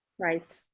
right